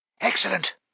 Excellent